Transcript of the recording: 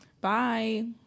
Bye